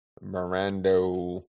mirando